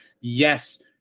yes